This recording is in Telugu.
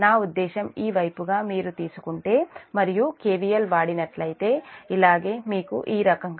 నా ఉద్దేశం ఈ వైపుగా మీరు తీసుకుంటే మరియు KVL వాడినట్లయితే ఇలాగ మీకు ఈ రకంగా వస్తుంది